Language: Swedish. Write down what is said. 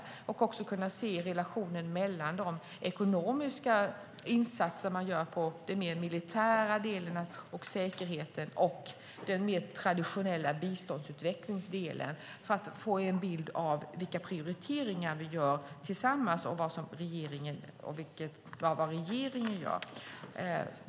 Jag skulle också gärna vilja se relationen mellan de ekonomiska insatser som görs på den mer militära delen och säkerheten och på den mer traditionella biståndsutvecklingsdelen för att få en bild av vilka prioriteringar som vi gör tillsammans och vad regeringen gör.